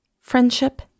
friendship